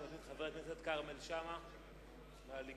חבר הכנסת כרמל שאמה מהליכוד,